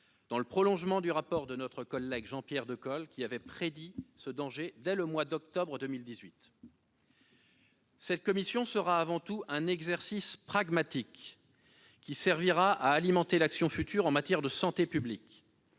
dans le prolongement du rapport de Jean-Pierre Decool, qui avait prédit ce danger dès le mois d'octobre 2018. Cette commission sera avant tout un exercice pragmatique, qui servira à alimenter l'action future en matière de santé publique.